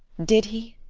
did he?